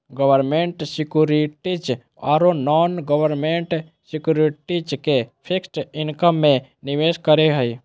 government securities ओरो non government securities के fixed income में निवेश करे हइ